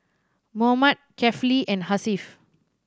Muhammad Kefli and Hasif